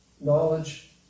knowledge